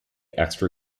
extra